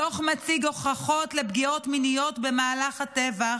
הדוח מציג הוכחות לפגיעות מיניות במהלך הטבח,